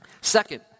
Second